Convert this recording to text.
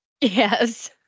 Yes